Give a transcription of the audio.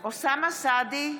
אוסאמה סעדי,